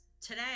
today